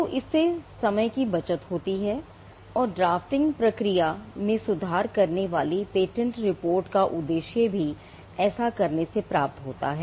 तो इससे समय की बचत होती है और ड्राफ्टिंग प्रक्रिया में सुधार करने वाली पेटेंट रिपोर्ट का उद्देश्य भी ऐसा करने से प्राप्त होता है